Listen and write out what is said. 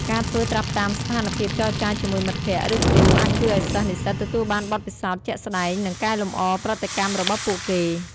ការធ្វើត្រាប់តាមស្ថានភាពចរចាជាមួយមិត្តភក្តិ ឬគ្រូ អាចជួយឱ្យសិស្សនិស្សិតទទួលបានបទពិសោធន៍ជាក់ស្តែង និងកែលម្អប្រតិកម្មរបស់ពួកគេ។